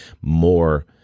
more